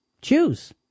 Choose